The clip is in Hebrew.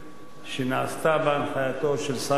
שנעשתה בהנחייתו של שר הפנים,